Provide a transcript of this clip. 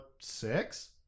six